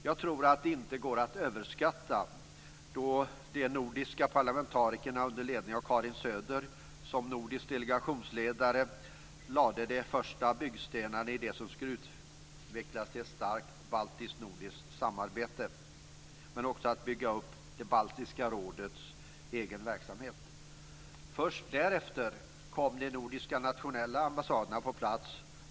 Jag tror att det inte går att överskatta då de nordiska parlamentarikerna med Karin Söder som nordisk delegationsledare lade de första byggstenarna i det som skulle utvecklas till ett starkt baltiskt-nordiskt samarbete, men också till att bygga upp det baltiska rådets egen verksamhet. Först därefter kom de nordiska nationella ambassaderna på plats.